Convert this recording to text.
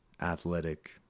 athletic